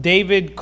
David